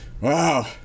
wow